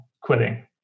quitting